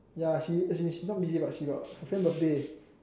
ya she she she not busy but she got friend birthday